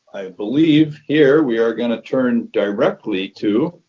believe here we are going to turn directly to,